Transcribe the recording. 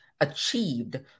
achieved